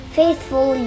faithful